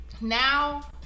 now